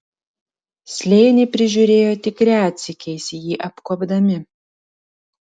slėnį prižiūrėjo tik retsykiais jį apkuopdami